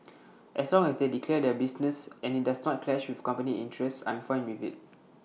as long as they declare their business and IT does not clash with company interests I'm fine with IT